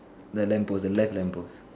the lamp post the left lamppost